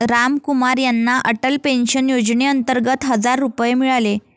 रामकुमार यांना अटल पेन्शन योजनेअंतर्गत हजार रुपये मिळाले